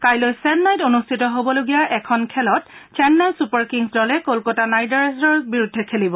কাইলৈ চেন্নাইত অনুষ্ঠিত হবলগীয়া এখন খেলতৰ চেন্নাই চুপাৰ কিংছ দলে কলকাতা নাইট ৰাইডাৰ্ছৰ বিৰুদ্ধে খেলিব